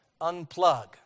unplug